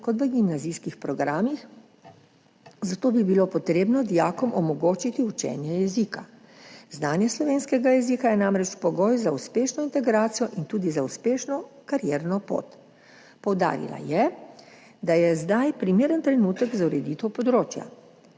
kot v gimnazijskih programih, zato bi bilo potrebno dijakom omogočiti učenje jezika, znanje slovenskega jezika je namreč pogoj za uspešno integracijo in tudi za uspešno karierno pot. Poudarila je, da je zdaj primeren trenutek za ureditev področja.